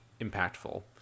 impactful